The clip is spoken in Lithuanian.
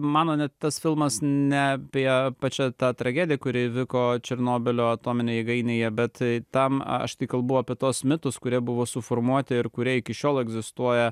mano ne tas filmas ne apie pačią tą tragediją kuri įvyko černobylio atominėj jėgainėje bet ten aš tai kalbu apie tuos mitus kurie buvo suformuoti ir kurie iki šiol egzistuoja